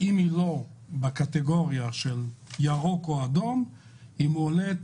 אם היא לא בקטגוריה של ירוק או אדום היא מועלת,